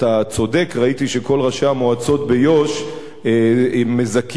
ראיתי שכל ראשי המועצות ביו"ש מזכים בתארים